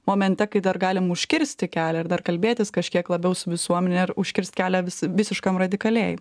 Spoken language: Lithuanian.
momente kai dar galim užkirsti kelią ir dar kalbėtis kažkiek labiau su visuomene ir užkirst kelią vis visiškam radikaliai